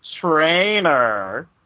trainer